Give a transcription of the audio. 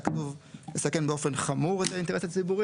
כתוב: "מסכן באופן חמור את האינטרס הציבורי",